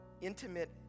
intimate